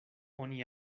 oni